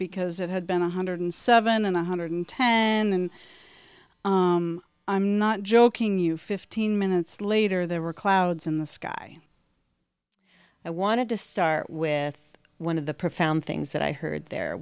because it had been one hundred seven and one hundred ten and i'm not joking you fifteen minutes later there were clouds in the sky i wanted to start with one of the profound things that i heard there